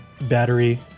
Battery